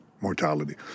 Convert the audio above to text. mortality